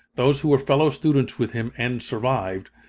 those who were fellow students with him, and survived,